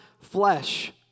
flesh